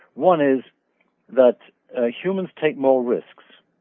one is that humans take more risks.